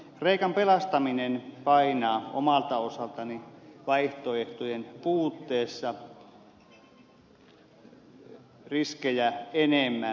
kreikan pelastaminen painaa omalta osaltani vaihtoehtojen puutteessa riskejä enemmän